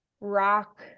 rock